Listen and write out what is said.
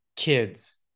kids